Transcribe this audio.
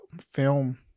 film